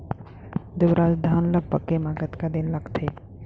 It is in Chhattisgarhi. दुबराज धान ला पके मा कतका दिन लगथे?